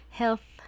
health